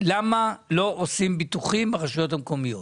למה לא עושים ביטוחים ברשויות המקומיות.